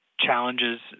challenges